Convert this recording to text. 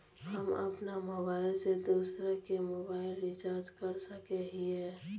हम अपन मोबाईल से दूसरा के मोबाईल रिचार्ज कर सके हिये?